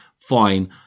fine